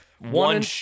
One